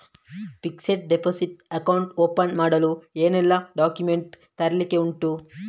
Fixed deposit account open ಮಾಡಲು ಏನೆಲ್ಲಾ documents ತರ್ಲಿಕ್ಕೆ ಉಂಟು?